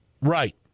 Right